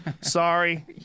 Sorry